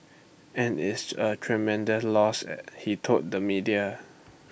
and IT is A loss he told the media